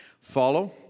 follow